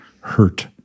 hurt